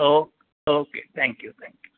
okay okay thank you thank you